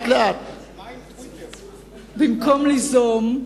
במקום ליזום,